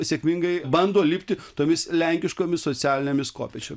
sėkmingai bando lipti tomis lenkiškomis socialinėmis kopėčiom